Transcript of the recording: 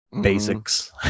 basics